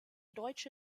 deutsche